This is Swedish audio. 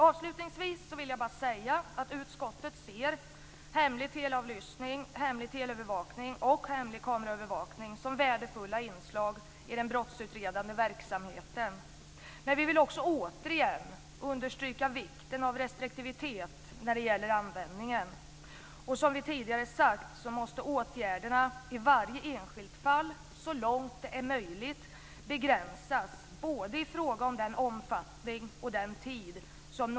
Avslutningsvis vill jag bara säga att utskottet ser hemlig teleavlyssning, hemlig teleövervakning och hemlig kameraövervakning som värdefulla inslag i den brottsutredande verksamheten. Men vi vill återigen understryka vikten av restriktivitet när det gäller användningen. Som vi tidigare har sagt måste åtgärderna i varje enskilt fall så långt det är möjligt begränsas både i fråga om omfattning och tid.